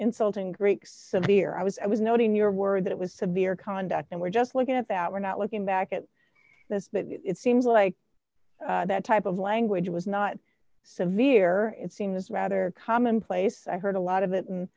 insulting greeks so here i was i was noting your word that it was severe conduct and we're just looking at that we're not looking back at this but it seems like that type of language was not so near it seems rather commonplace i heard a lot of it